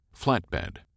Flatbed